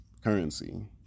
currency